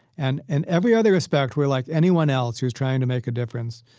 and and every other respect, we're like anyone else who's trying to make a difference,